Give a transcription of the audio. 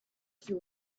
two